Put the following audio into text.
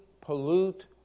pollute